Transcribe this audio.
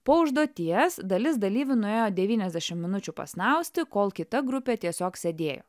po užduoties dalis dalyvių nuėjo devyniasdešimt minučių pasnausti kol kita grupė tiesiog sėdėjo